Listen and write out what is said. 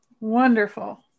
Wonderful